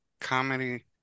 comedy